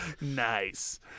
nice